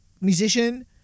musician